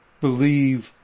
Believe